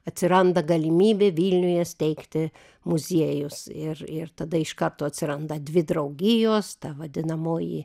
atsiranda galimybė vilniuje steigti muziejus ir ir tada iš karto atsiranda dvi draugijos ta vadinamoji